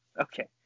okay